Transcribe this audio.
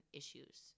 issues